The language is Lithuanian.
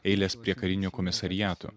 eilės prie karinių komisariatų